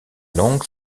langue